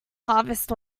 harvest